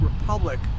republic